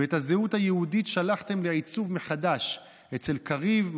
ואת הזהות היהודית שלחתם לעיצוב מחדש אצל קריב,